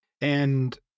And-